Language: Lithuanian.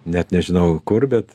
net nežinau kur bet